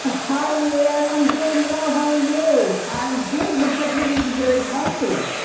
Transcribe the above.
hi luann, i'm doing well. how are you? i'm good. looks like you're eating very healthy.